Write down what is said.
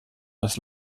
das